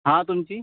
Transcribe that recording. हां तुमची